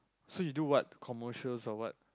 so you do what commercials or what